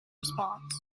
response